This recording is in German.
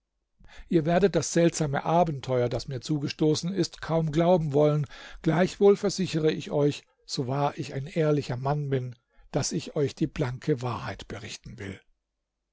ihr werdet das seltsame abenteuer das mir zugestoßen ist kaum glauben wollen gleichwohl versichere ich euch so wahr ich ein ehrlicher mann bin daß ich euch die blanke wahrheit berichten will